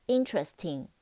Interesting